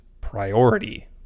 priority